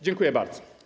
Dziękuję bardzo.